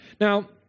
Now